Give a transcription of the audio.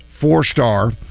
four-star